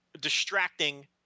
distracting